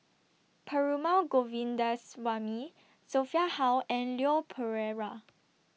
Perumal Govindaswamy Sophia Hull and Leon Perera